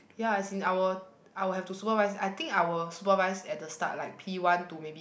ya as in I will I will have to supervise I think I will supervise at the start like P-one to maybe